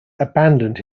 abandoned